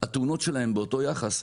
התאונות שלהם באותו יחס.